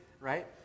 right